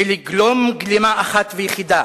ולגלום גלימה אחת ויחידה,